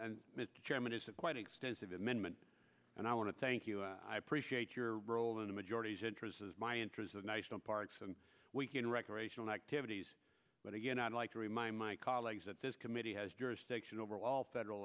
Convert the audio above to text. chairman isn't quite extensive amendment and i want to thank you i appreciate your role in the majority's interests as my interests of national parks and we can recreational activities but again i'd like to remind my colleagues that this committee has jurisdiction over all federal